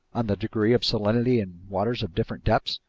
on the degree of salinity in waters of different depths,